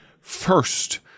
first